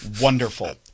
wonderful